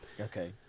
Okay